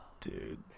dude